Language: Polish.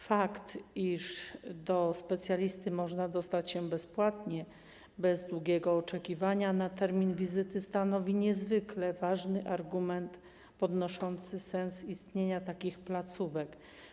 Fakt, iż do specjalisty można dostać się bezpłatnie, bez długiego oczekiwania na termin wizyty stanowi niezwykle ważny argument podnoszący sens istnienia takich placówek.